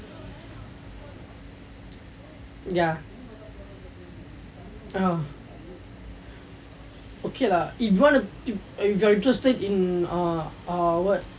ya ah okay lah if you want to if you are interested in err err what